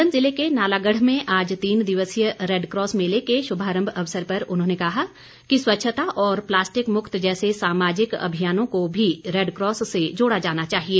सोलन जिले के नालागढ़ में आज तीन दिवसीय रैडक्रॉस मेले के शुभारम्भ अवसर पर उन्होंने कहा कि स्वच्छता और प्लास्टिक मुक्त जैसे सामाजिक अभियानों को भी रैडक्रॉस से जोड़ा जाना चाहिए